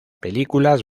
películas